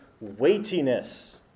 weightiness